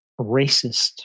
racist